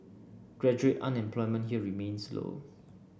graduate unemployment here remains low